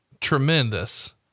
tremendous